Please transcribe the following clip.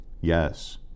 yes